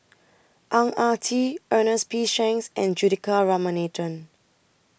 Ang Ah Tee Ernest P Shanks and Juthika Ramanathan